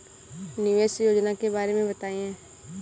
निवेश योजना के बारे में बताएँ?